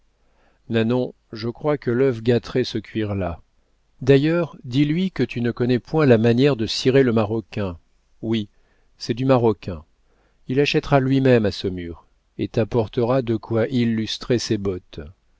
nanon je crois que l'œuf gâterait ce cuir là d'ailleurs dis-lui que tu ne connais point la manière de cirer le maroquin oui c'est du maroquin il achètera lui-même à saumur et t'apportera de quoi illustrer ses bottes